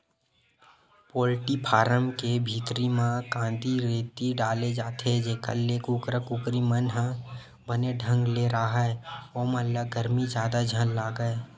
poultry farm के भीतरी म कांदी, रेती डाले जाथे जेखर ले कुकरा कुकरी मन ह बने ढंग ले राहय ओमन ल गरमी जादा झन लगय